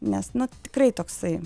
nes nu tikrai toksai